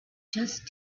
just